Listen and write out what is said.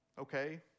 Okay